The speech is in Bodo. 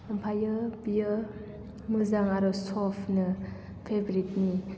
ओमफ्राय बेयो मोजां आरो सफ्ट फेब्रिक नि